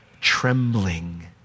trembling